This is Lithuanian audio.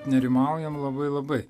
nerimaujam labai labai